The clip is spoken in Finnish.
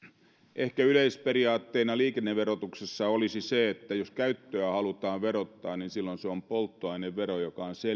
ehkä yleisperiaatteena liikenneverotuksessa olisi se että jos käyttöä halutaan verottaa niin silloin se on polttoainevero se on selkeimmin